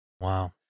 Wow